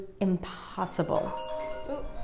impossible